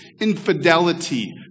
infidelity